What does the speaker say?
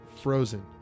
frozen